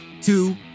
two